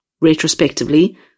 retrospectively